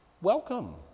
welcome